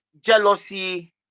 jealousy